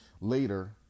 Later